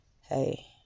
hey